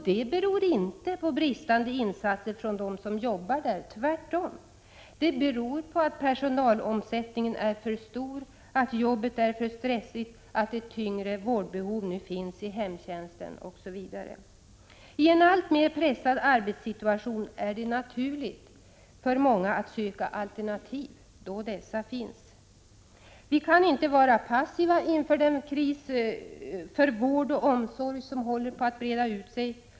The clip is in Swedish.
Det beror inte på bristande insatser från dem som jobbar där — tvärtom. Det beror på att personalomsättningen är för stor, att jobbet är för stressigt, att ett tyngre vårdbehov nu finns i hemtjänsten OSV. I en alltmer pressad arbetssituation är det naturligt för många att söka alternativ om sådana finns. Vi kan inte vara passiva inför den kris för vård och omsorg som håller på att breda ut sig.